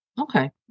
Okay